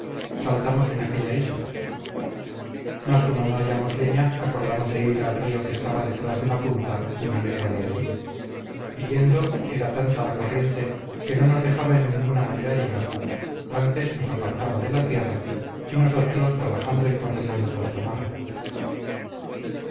saltamos en aquella isla mas como no hallamos leña acordamos de ir al río que estaba detrás de la punta una legua de allí y yendo era tanta la corriente que no nos dejaba en ninguna manera llegar antes nos apartaba de la tierra y nosotros trabajando y porfiando por tomarla